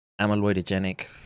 amyloidogenic